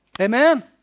Amen